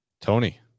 tony